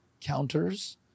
counters